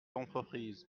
entreprise